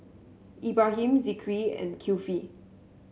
Ibrahim Zikri and Kifli